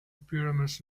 pyramids